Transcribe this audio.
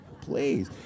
please